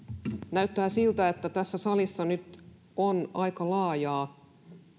näyttää siltä että tässä salissa nyt on aika laajaa